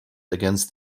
against